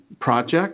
project